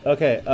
Okay